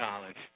college